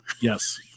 Yes